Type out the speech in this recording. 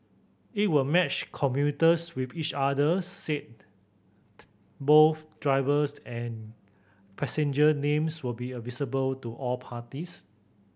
it will match commuters with each others said both drivers and passenger names will be visible to all parties